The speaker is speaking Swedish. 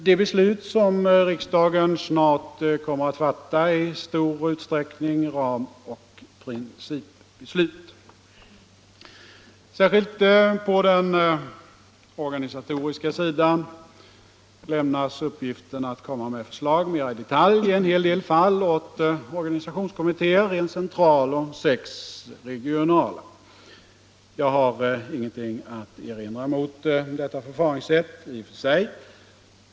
De beslut som riksdagen snart kommer att fatta är i stor utsträckning ramoch principbeslut. Särskilt på den organisatoriska sidan lämnas i en hel del fall uppgiften att komma med förslag mera i detalj åt organisationskommittéer — en central och sex regionala. Jag har inget att erinra mot detta förraringssätt i och för sig.